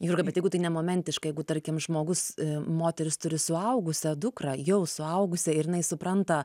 jurga bet jeigu tai ne momentiškai jeigu tarkim žmogus moteris turi suaugusią dukrą jau suaugusią ir jinai supranta